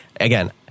Again